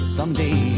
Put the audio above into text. Someday